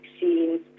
vaccines